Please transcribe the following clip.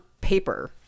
paper